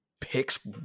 picks